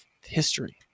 history